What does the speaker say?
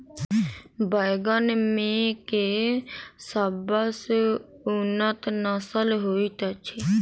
बैंगन मे केँ सबसँ उन्नत नस्ल होइत अछि?